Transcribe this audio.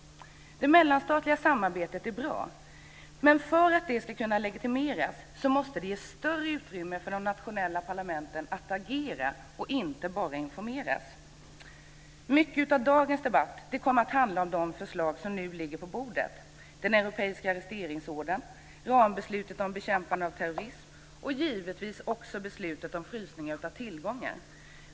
Det mellanstatliga samarbetet är bra, men för att det ska kunna legitimeras måste det ge större utrymme för de nationella parlamenten att agera, och inte bara informeras. Mycket av dagens debatt kommer att handla om de förslag som nu ligger på bordet: den europeiska arresteringsordern, rambeslutet om bekämpande av terrorism och givetvis också beslutet om frysning av tillgångar.